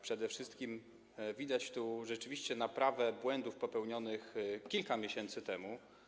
Przede wszystkim widać tu rzeczywiście naprawę błędów popełnionych kilka miesięcy temu.